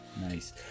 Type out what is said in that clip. nice